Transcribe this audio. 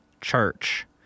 church